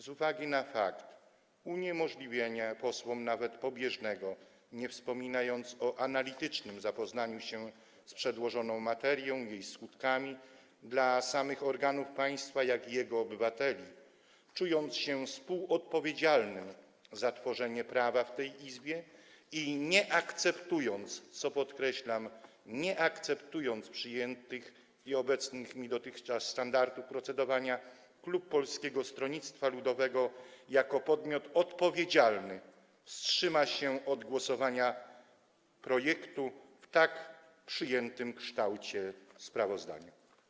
Z uwagi na fakt uniemożliwienia posłom nawet pobieżnego, nie wspominając o analitycznym, zapoznania się z przedłożoną materią, jej skutkami dla samych organów państwa, jak i jego obywateli, czując się współodpowiedzialnym za tworzenie prawa w tej Izbie i nie akceptując, co podkreślam, przyjętych i obecnych dotychczas standardów procedowania, klub Polskiego Stronnictwa Ludowego jako podmiot odpowiedzialny wstrzyma się od głosowania nad projektem w tak przyjętym kształcie sprawozdania.